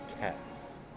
Cats